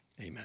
Amen